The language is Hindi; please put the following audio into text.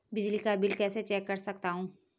बिजली का बिल कैसे चेक कर सकता हूँ?